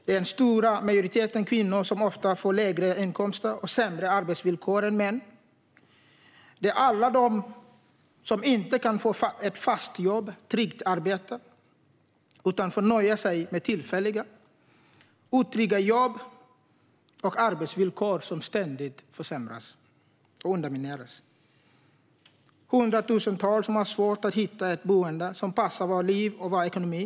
Det är den stora majoriteten kvinnor som ofta får lägre inkomster och sämre arbetsvillkor än män. Det är alla de som inte kan få ett fast och tryggt arbete utan får nöja sig med tillfälliga, otrygga jobb och arbetsvillkor som ständigt försämras och undermineras. Det är hundratusentals som har svårt att hitta ett boende som passar deras liv och deras ekonomi.